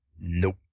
Nope